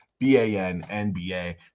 B-A-N-N-B-A